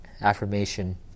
affirmation